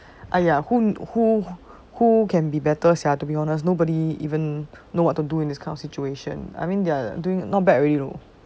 !aiya! who who who can be better sia to be honest nobody even know what to do in this kind of situation I mean they're doing not bad already know